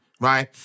Right